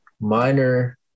minor